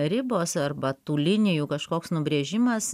ribos arba tų linijų kažkoks nubrėžimas